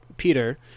peter